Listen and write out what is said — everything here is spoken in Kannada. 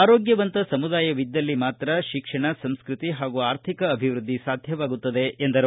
ಆರೋಗ್ಯವಂತ ಸಮುದಾಯವಿದ್ದಲ್ಲಿ ಮಾತ್ರ ಶಿಕ್ಷಣ ಸಂಸ್ಟಕಿ ಹಾಗೂ ಆರ್ಥಿಕ ಅಭಿವೃದ್ಧಿ ಸಾಧ್ಯವಾಗುತ್ತದೆ ಎಂದರು